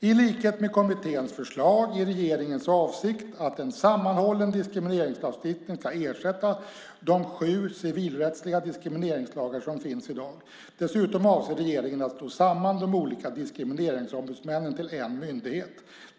I likhet med kommitténs förslag är regeringens avsikt att en sammanhållen diskrimineringslagstiftning ska ersätta de sju civilrättsliga diskrimineringslagar som finns i dag. Dessutom avser regeringen att slå samman de olika diskrimineringsombudsmännen till en myndighet.